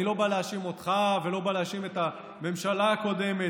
אני לא בא להאשים אותך ולא בא להאשים את הממשלה הקודמת,